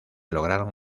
lograron